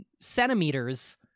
centimeters